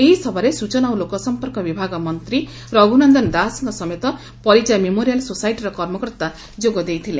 ଏହି ସଭାରେ ସୂଚନା ଓ ଲୋକସମ୍ପର୍କ ବିଭାଗ ମନ୍ତୀ ରଘୁନନ୍ଦନ ଦାସଙ୍କ ସମେତ ପରିଜା ମେମୋରିଆଲ୍ ସୋସାଇଟିର କର୍ମକର୍ତା ଯୋଗ ଦେଇଥିଲେ